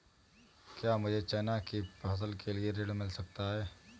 क्या मुझे चना की फसल के लिए ऋण मिल सकता है?